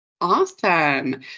Awesome